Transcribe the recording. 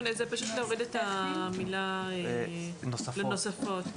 להוריד את המילה "לנוספות".